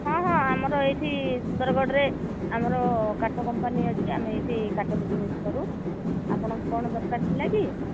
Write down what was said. ହଁ ହଁ ଆମର ଏଇଠି ସୁନ୍ଦରଗଡ଼ରେ ଆମର କାଠ କମ୍ପାନୀ ଅଛି ଆମେ ଏଇଠି କାଠ ବିଜିନେସ୍ କରୁ ଆପଣଙ୍କୁ କ'ଣ ଦରକାର ଥିଲା କି